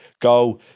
go